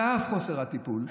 על אף חוסר הטיפול,